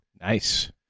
Nice